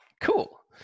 Cool